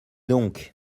donc